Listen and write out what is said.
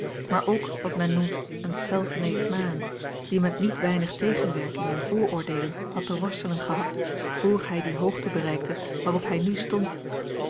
maar ook wat men noemt een self made man die met niet weinig tegenwerking en vooroordeelen had te worstelen gehad vr hij de hoogte bereikte waarop hij nu stond